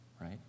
right